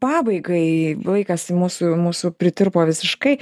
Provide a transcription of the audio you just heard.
pabaigai laikas mūsų mūsų pritirpo visiškai